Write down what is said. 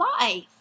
life